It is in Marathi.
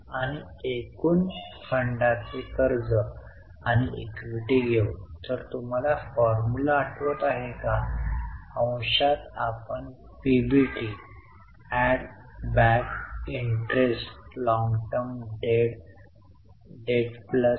तर एकूणच कॅश फ्लो स्टेटमेंटमधून मी पी आणि एल आणि बॅलन्स शीट कडे पहात नाही